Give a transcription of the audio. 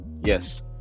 Yes